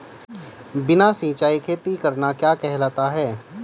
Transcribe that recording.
बिना सिंचाई खेती करना क्या कहलाता है?